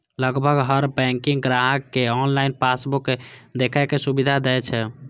लगभग हर बैंक ग्राहक कें ऑनलाइन पासबुक देखै के सुविधा दै छै